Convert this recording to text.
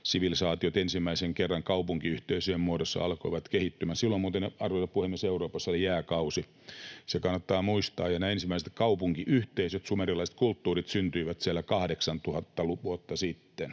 sivilisaatiot ensimmäisen kerran kaupunkiyhteisöjen muodossa alkoivat kehittymään. Silloin muuten, arvoisa puhemies, Euroopassa oli jääkausi, se kannattaa muistaa, ja nämä ensimmäiset kaupunkiyhteisöt, sumerilaiset kulttuurit, syntyivät siellä 8 000 vuotta sitten.